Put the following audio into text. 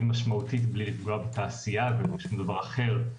משמעותית בלי לפגוע בתעשייה ולא שום דבר אחר.